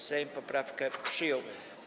Sejm poprawkę przyjął.